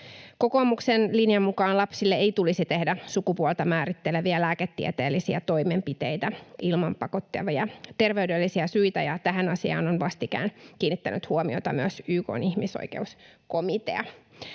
Kokoomuksen linjan mukaan lapsille ei tulisi tehdä sukupuolta määritteleviä lääketieteellisiä toimenpiteitä ilman pakottavia ter-veydellisiä syitä, ja tähän asiaan on vastikään kiinnittänyt huomiota myös YK:n ihmisoikeuskomitea.